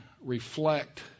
reflect